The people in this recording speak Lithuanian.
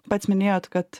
pats minėjot kad